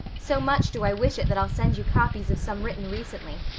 so much do i wish it that i'll send you copies of some written recently.